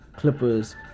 Clippers